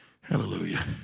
Hallelujah